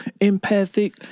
empathic